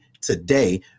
today